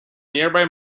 nearby